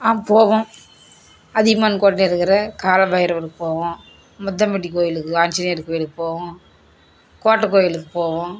ஆ போவோம் அதியமான் கோட்டை இருக்கிற கால பைரவருக்குப் போவோம் முத்தம்பட்டி கோயிலுக்கு ஆஞ்சநேயர் கோயிலுக்குப் போவோம் கோட்டை கோயிலுக்குப் போவோம்